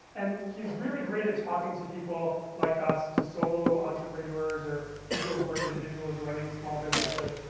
and he's really great at talking to people like us to solo entrepreneurs, or people who are individuals running small businesses.